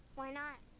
why not?